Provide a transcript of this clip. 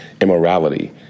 immorality